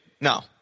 No